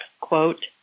quote